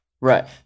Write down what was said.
right